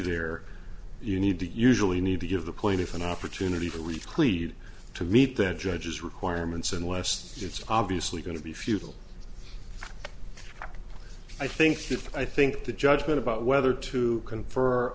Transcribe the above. there you need to usually need to give the plaintiff an opportunity for week lead to meet that judge's requirements unless it's obviously going to be futile i think i think the judgment about whether to confer